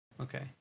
Okay